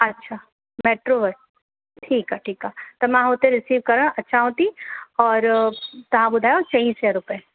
अच्छा मेट्रो वटि ठीकु आहे ठीकु आहे त मां हुते रिसीव करण अचांव थी और तव्हां ॿुधायो चईं सै रुपए